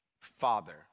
Father